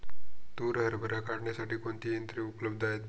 तूर हरभरा काढण्यासाठी कोणती यंत्रे उपलब्ध आहेत?